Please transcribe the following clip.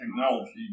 technology